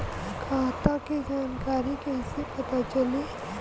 खाता के जानकारी कइसे पता चली?